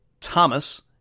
Thomas